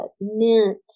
mint